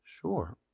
Sure